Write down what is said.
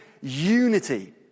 unity